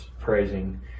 praising